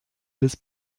bis